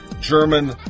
German